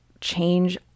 change